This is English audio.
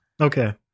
Okay